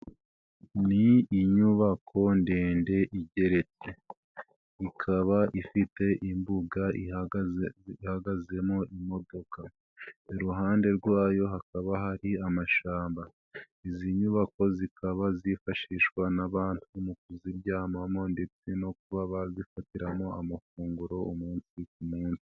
Ni inyubako ndende igeretse ikaba ifite imbuga ihagazemo imodoka, iruhande rwayo hakaba hari amashamba. Izi nyubako zikaba zifashishwa n'abantu mu kuziryamamo, ndetse no kuba bazifatiramo amafunguro umunsi ku munsi.